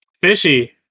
Fishy